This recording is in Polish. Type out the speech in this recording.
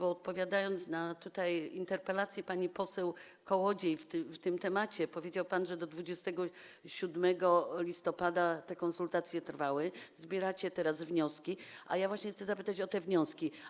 Odpowiadając na interpelację pani poseł Kołodziej w tej sprawie, powiedział pan, że do 27 listopada te konsultacje trwały, zbieracie teraz wnioski, a ja właśnie chcę zapytać o te wnioski.